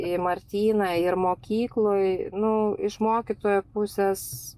į martyną ir mokykloj nu iš mokytojų pusės